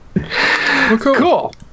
Cool